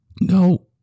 no